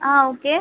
ஆ okay